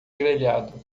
grelhado